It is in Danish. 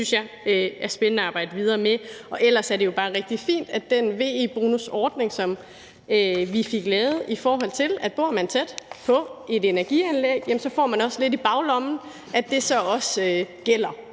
Det synes jeg er spændende at arbejde videre med. Og ellers er det jo bare rigtig fint, at den VE-bonusordning, som vi fik lavet – altså det med, at hvis man bor tæt på et energianlæg, får man også lidt i baglommen – også gælder,